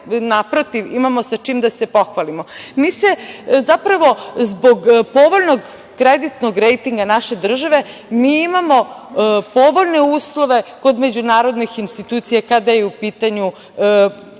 naprotiv, imamo sa čim da se pohvalimo. Mi, zapravo zbog povoljnog kreditnog rejtinga naše države imamo povoljne uslove kod međunarodnih institucija, kada je u pitanju